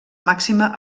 màxima